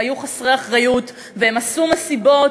והם היו חסרי אחריות ועשו מסיבות,